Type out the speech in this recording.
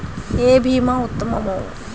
ఏ భీమా ఉత్తమము?